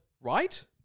right